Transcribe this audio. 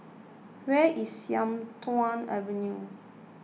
where is Sian Tuan Avenue